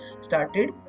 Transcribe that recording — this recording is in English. started